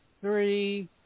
three